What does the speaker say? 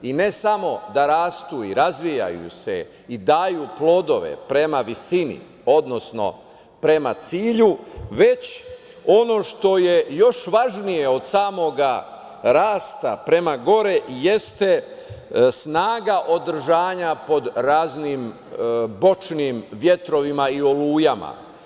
Ne samo da rastu i razvijaju se i daju plodove prema visini, odnosno prema cilju, već ono što je još važnije od samog rasta prema gore, jeste snaga održanja pod raznim bočnim vetrovima i olujama.